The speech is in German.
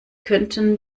könnten